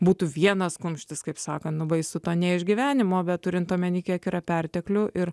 būtų vienas kumštis kaip sakant baisu to neišgyvenimo bet turint omenyje kiek yra perteklių ir